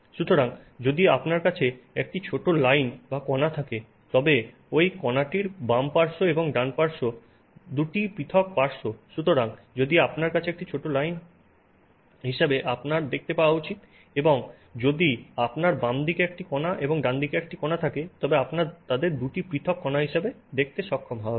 সুতরাং যদি আপনার কাছে একটি ছোট লাইন বা কণা থাকে তবে ওই কণাটির বামপার্শ্ব এবং ডানপার্শ্ব দুটি পৃথক পার্শ্ব হিসেবে আপনার দেখতে পাওয়া উচিত এবং যদি আপনার বামদিকে একটি কণা এবং আপনার ডানদিকে একটি কণা থাকে তবে আপনার তাদের দুটি পৃথক কণা হিসাবে দেখতে সক্ষম হওয়া উচিত